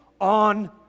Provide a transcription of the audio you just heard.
on